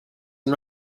and